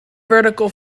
vertical